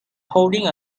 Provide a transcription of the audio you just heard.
holding